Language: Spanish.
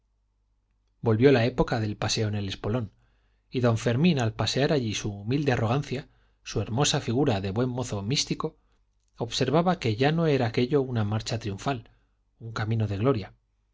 volvió la época del paseo en el espolón y don fermín al pasear allí su humilde arrogancia su hermosa figura de buen mozo místico observaba que ya no era aquello una marcha triunfal un camino de gloria